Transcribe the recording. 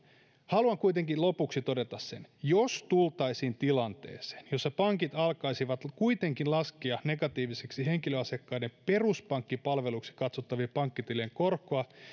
haluan kuitenkin lopuksi todeta sen että jos tultaisiin tilanteeseen jossa pankit alkaisivat kuitenkin laskea negatiivisiksi henkilöasiakkaiden peruspankkipalveluiksi katsottavien pankkitilien korkoja